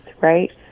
right